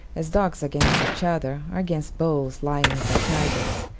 as dogs against each other, or against bulls, lions, or tigers.